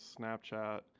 Snapchat